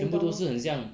全部都是很像